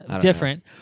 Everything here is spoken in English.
Different